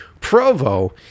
Provo